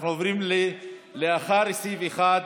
אנחנו עוברים לאחרי סעיף 1,